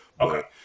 Okay